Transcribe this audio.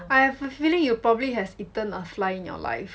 I have a feeling you probably has eaten a fly in your life